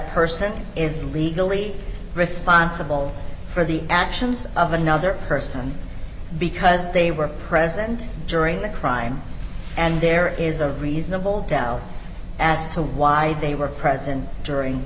person is legally responsible for the actions of another person because they were present during the crime and there is a reasonable doubt as to why they were present during